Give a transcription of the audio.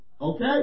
okay